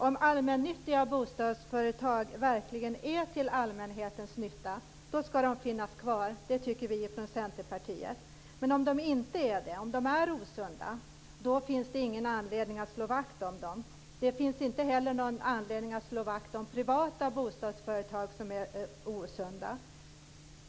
Om allmännyttiga bostadsföretag verkligen är till allmänhetens nytta skall de finnas kvar. Det tycker vi från Centerpartiet. Men om de inte är det, om de är osunda, finns det ingen anledning att slå vakt om dem. Det finns inte heller någon anledning att slå vakt om privata bostadsföretag som är osunda.